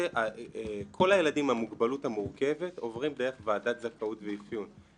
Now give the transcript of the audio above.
כל הילדים עם המוגבלות המורכבת עוברים דרך ועדת זכאות ואפיון.